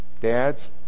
Dads